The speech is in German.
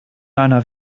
einer